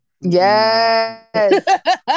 Yes